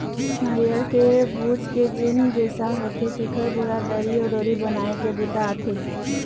नरियर के बूच के जेन रेसा होथे तेखर बोरा, दरी अउ डोरी बनाए के बूता आथे